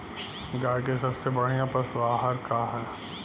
गाय के सबसे बढ़िया पशु आहार का ह?